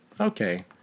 okay